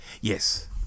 yes